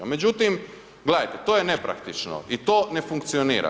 Međutim, gledajte to je nepraktično i to ne funkcionira.